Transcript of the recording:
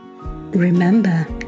Remember